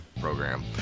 Program